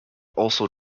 also